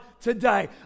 today